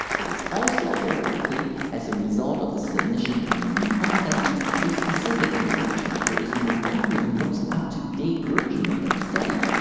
it is also very likely, as a result of the submission and review processes, a specific empirical chapter is no longer the most up to date version of that study.